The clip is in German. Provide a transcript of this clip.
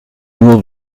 nur